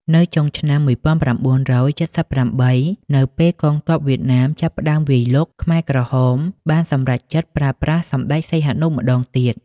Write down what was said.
នៅចុងឆ្នាំ១៩៧៨ នៅពេលកងទ័ពវៀតណាមចាប់ផ្ដើមវាយលុក ខ្មែរក្រហមបានសម្រេចចិត្តប្រើប្រាស់សម្តេចសីហនុម្ដងទៀត។